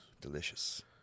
Delicious